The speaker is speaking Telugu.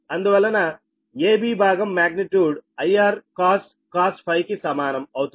అందువలన AB భాగం మ్యాగ్నె ట్యూడ్ I Rcos ∅ కి సమానం అవుతుంది